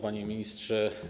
Panie Ministrze!